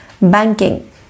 Banking